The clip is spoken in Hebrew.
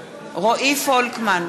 פולקמן,